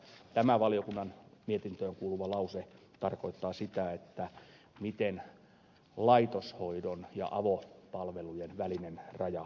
tämä valiokunnan mietintöön kuuluva lause tarkoittaa sitä että vedetään laitoshoidon ja avopalvelujen välinen raja